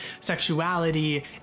sexuality